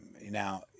Now